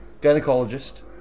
gynecologist